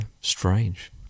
strange